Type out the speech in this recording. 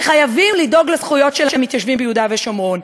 שחייבים לדאוג לזכויות של המתיישבים ביהודה ושומרון.